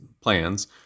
plans